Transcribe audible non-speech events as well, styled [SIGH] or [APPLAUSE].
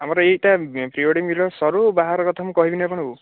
ଆମର ଏଇଟା ପ୍ରିୱେଡିଂ [UNINTELLIGIBLE] ସରୁ ବାହାଘର କଥା ମୁଁ କହିବିନି ଆପଣଙ୍କୁ